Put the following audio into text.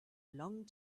long